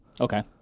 Okay